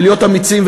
ולהיות אמיצים,